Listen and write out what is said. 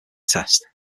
test